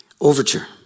Overture